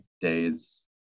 days